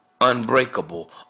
unbreakable